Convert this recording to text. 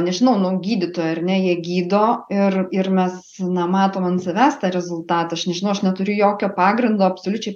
nežinau nu gydytojai ar ne jie gydo ir ir mes matom ant savęs tą rezultatą aš nežinau aš neturiu jokio pagrindo absoliučiai